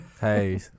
Hey